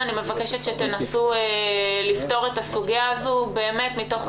כדי לנסות לפתור את הסוגיה הזאת.